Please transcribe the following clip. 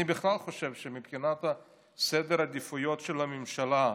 אני בכלל חושב שמבחינת סדר העדיפויות של הממשלה,